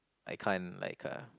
I can't like uh